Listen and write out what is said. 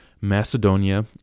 Macedonia